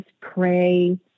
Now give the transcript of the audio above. pray